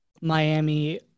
Miami